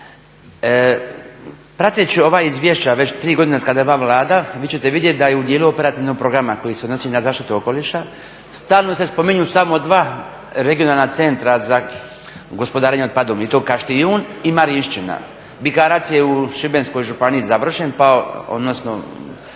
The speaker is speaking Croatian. Prateći ova izvješća već 3 godine otkada je ova Vlada vi ćete vidjeti da je u dijelu operativnog programa koji se odnosi na zaštitu okoliša, stalno se spominju samo dva regionalna centra za gospodarenje otpadom i to Kaštijun i Marišćina, Bikarac je u Šibenskoj županiji završen pa odnosno